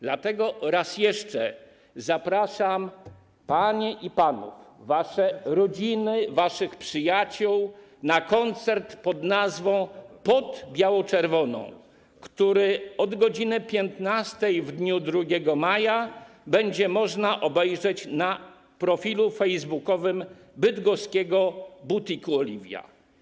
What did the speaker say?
Dlatego raz jeszcze zapraszam panie i panów, wasze rodziny i waszych przyjaciół na koncert pod nazwą „Pod biało-czerwoną”, który od godz. 15 w dniu 2 maja będzie można obejrzeć na profilu facebookowym bydgoskiego butiku Oliwia.